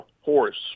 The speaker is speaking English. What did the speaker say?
horse